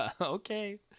okay